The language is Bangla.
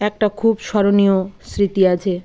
একটা খুব স্মরণীয় স্মৃতি আছে